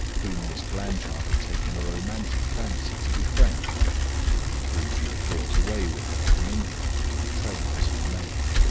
whom miss blanchard had taken a romantic fancy to befriend and whom she had brought away with her from england to be trained as her maid.